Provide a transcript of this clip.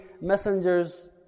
messengers